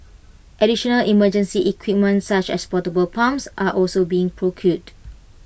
additional emergency equipment such as portable pumps are also being procured